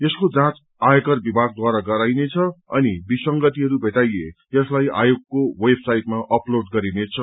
यसको जाँच आयकर विभागद्वारा गराइनेछ अनि विसंगतिहय भेटाइए यसलाई आयोगको वेबसाइटमा अपलोड गरिनेछ